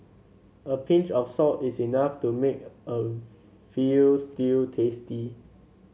a pinch of salt is enough to make a veal stew tasty